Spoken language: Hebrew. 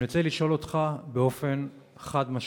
אני רוצה לשאול אותך באופן חד-משמעי,